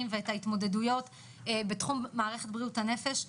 ואת ההתמודדויות בתחום מערכת בריאות הנפש.